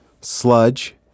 sludge